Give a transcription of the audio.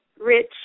rich